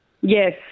yes